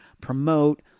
promote